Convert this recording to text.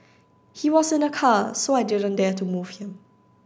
he was in a car so I didn't dare to move him